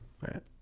right